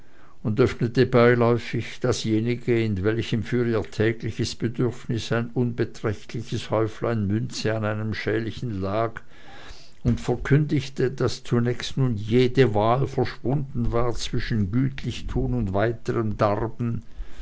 und öffnete beiläufig dasjenige in welchem für ihr tägliches bedürfnis ein unbeträchtliches häuflein münze in einem schälchen lag und verkündigte daß zunächst nun jede wahl verschwunden war zwischen gütlichtun und weiterm darben